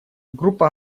группа